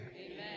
Amen